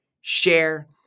share